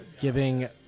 giving